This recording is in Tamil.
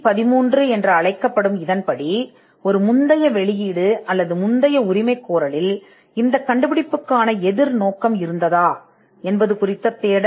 பிரிவு 13 இது முந்தைய வெளியீடு அல்லது முன் உரிமைகோரல் மூலம் எதிர்பார்ப்பைத் தேட வேண்டும்